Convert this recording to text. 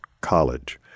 College